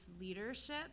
leadership